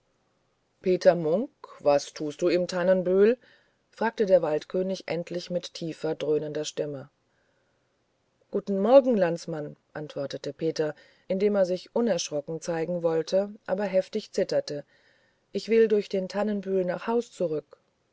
peter munk was tust du im tannenbühl fragte der waldkönig endlich mit tiefer dröhnender stimme guten morgen landsmann antwortete peter indem er sich unerschrocken zeigen wollte aber heftig zitterte ich will durch den tannenbühl nach haus zurück